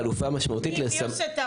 ככל היותר, עד 14 יום.